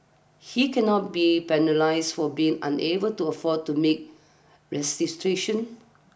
he cannot be penalised for being unable to afford to make restitution